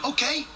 Okay